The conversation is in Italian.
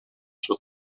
suo